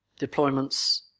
deployments